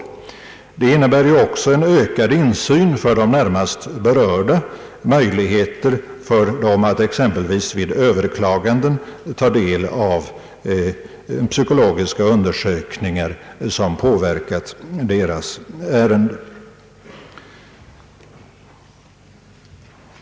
Förslaget innebär också ökad insyn för de närmast berörda, möjligheter för dem att exempelvis vid överklagande ta del av psykologiska undersökningar som påverkat deras ärende.